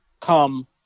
come